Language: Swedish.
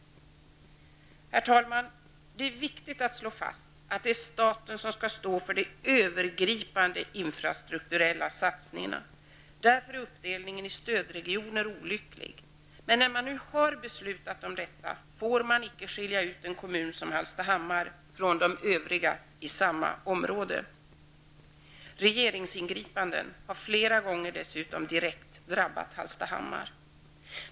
Det är viktigt att slå fast att det är staten som skall stå för de övergripande infrastrukturella satsningarna. Därför är uppdelningen i stödregioner olycklig, men när vi nu har beslutat om detta får vi inte skilja ut en kommun som Hallstahammar från de övriga inom samma område. Regeringsingripanden har flera gånger dessutom direkt drabbat Hallstahammar.